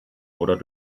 oder